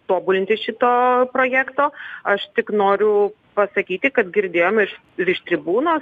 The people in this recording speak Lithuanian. tobulinti šito projekto aš tik noriu pasakyti kad girdėjome iš ir iš tribūnos